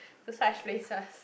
to such places